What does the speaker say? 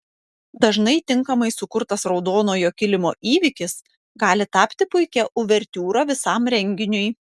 dažnai tinkamai sukurtas raudonojo kilimo įvykis gali tapti puikia uvertiūra visam renginiui